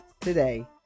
today